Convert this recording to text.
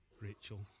Rachel